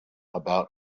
about